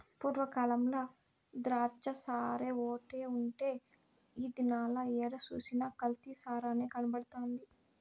పూర్వ కాలంల ద్రాచ్చసారాఓటే ఉండే ఈ దినాల ఏడ సూసినా కల్తీ సారనే కనబడతండాది